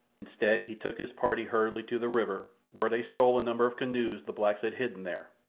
instead, he took his party hurriedly to the river, where they stole a number of canoes the blacks had hidden there.